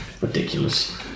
Ridiculous